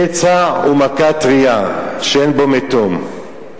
פצע ומכה טרייה, אין בו מתום.